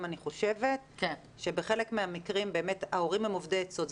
אני חושבת שבחלק מהמקרים באמת ההורים הם אובדי עצות.